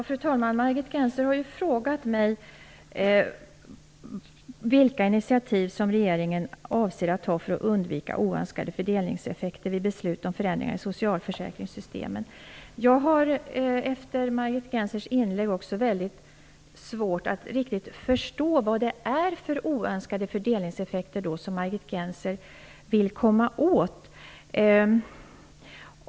Fru talman! Margit Gennser har ju frågat mig vilka initiativ regeringen avser att ta för att undvika oönskade fördelningseffekter vid beslut om förändringar i socialförsäkringssystemen. Efter Margit Gennsers inlägg har jag väldigt svårt att förstå vad det är för oönskade fördelningseffekter som hon vill komma åt.